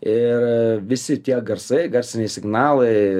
ir visi tie garsai garsiniai signalai